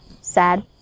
sad